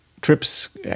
trips